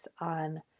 on